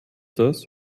das